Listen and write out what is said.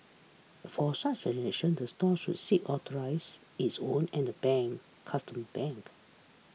for such the store should seek authorize its own and the bank customer bank